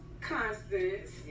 Constance